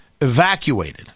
evacuated